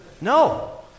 No